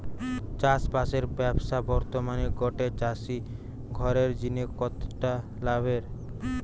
চাষবাসের ব্যাবসা বর্তমানে গটে চাষি ঘরের জিনে কতটা লাভের?